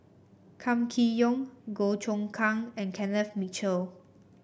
Kam Kee Yong Goh Choon Kang and Kenneth Mitchell